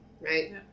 right